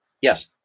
Yes